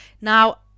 Now